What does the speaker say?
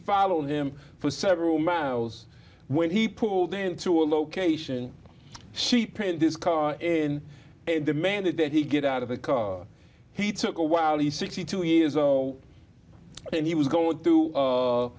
followed him for several miles when he pulled into a location she print this car in and demanded that he get out of the car he took a while he's sixty two years old and he was going through